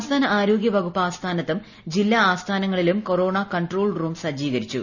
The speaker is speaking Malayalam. സംസ്ഥാന ആരോഗ്യവകുപ്പ് ആസ്ഥാനത്തും ജില്ലാ ആസ്ഥാനങ്ങളിലും കൊറോണ കൺട്രോൾ റൂം സജ്ജീകരിച്ചു